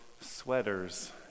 sweaters